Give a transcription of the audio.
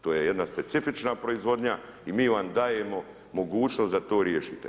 To je jedna specifična proizvodnja i mi vam dajemo mogućnost da to riješite.